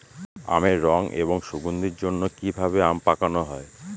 আমের রং এবং সুগন্ধির জন্য কি ভাবে আম পাকানো হয়?